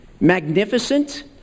Magnificent